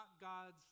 God's